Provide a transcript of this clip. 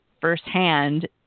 firsthand